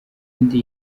indi